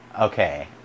Okay